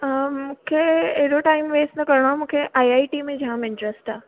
मूंखे एॾो time waste न करिणो आहे मूंखे आइ आइ टी में जामु इंट्रेस्ट आहे